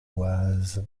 oise